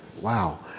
wow